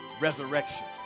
resurrection